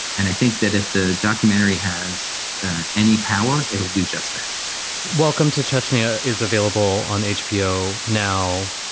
and i think that if the documentary has any power, it'll do just that welcome to chechnya is available on hbo. now,